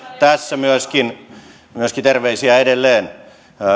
tässä myöskin myöskin terveisiä edelleen